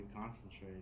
concentrate